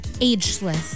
ageless